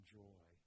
joy